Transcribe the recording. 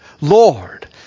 Lord